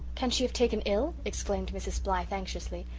can she have taken ill? exclaimed mrs. blythe anxiously.